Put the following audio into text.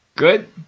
Good